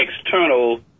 external